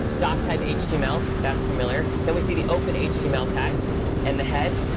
doctype html, that's familiar. then we see the open html tag and the head,